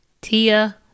Tia